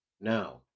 Now